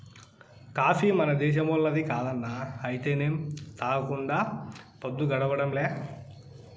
coffee మన దేశంపోల్లది కాదన్నా అయితేనేం తాగకుండా పద్దు గడవడంలే